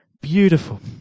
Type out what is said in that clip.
Beautiful